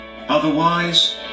Otherwise